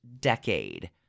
decade